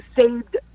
saved